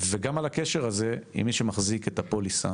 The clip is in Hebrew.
גם על הקשר הזה אם מישהו מחזיק את הפוליסה